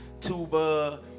tuba